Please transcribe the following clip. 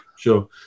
Sure